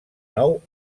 nou